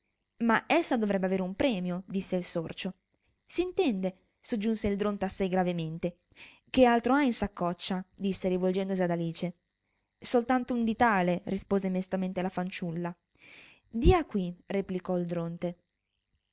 ma essa dovrebbe avere un premio disse il sorcio s'intende soggiunse il dronte assai gravemente che altro ha in saccoccia disse rivolgendosi ad alice soltanto un ditale rispose mestamente la fanciulla dia quì replicò il dronte